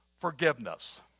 forgiveness